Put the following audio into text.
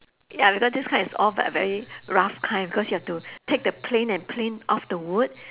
ya because this kind is all but very rough kind because you have to take the plane and plane off the wood